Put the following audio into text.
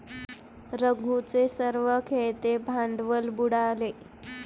रघूचे सर्व खेळते भांडवल बुडाले